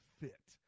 fit